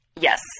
Yes